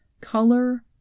color